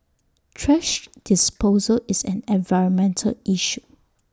thrash disposal is an environmental issue